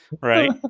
right